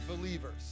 believers